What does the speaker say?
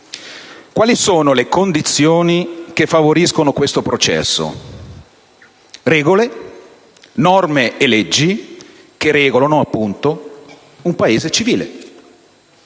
Quali sono le condizioni che favoriscono questo processo? Regole: norme e leggi che regolano, appunto, un Paese civile;